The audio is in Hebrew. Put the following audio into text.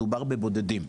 מדובר בבודדים,